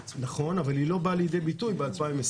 נכון, אבל היא לא באה לידי ביטוי ב-2020.